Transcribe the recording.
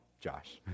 Josh